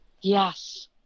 Yes